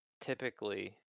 Typically